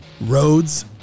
Roads